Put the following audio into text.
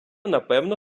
напевно